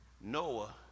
Noah